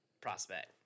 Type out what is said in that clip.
prospect